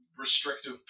Restrictive